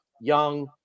young